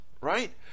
right